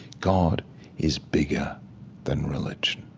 god is bigger than religion